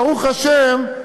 ברוך השם,